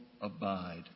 abide